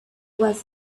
was